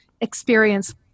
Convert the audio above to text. experience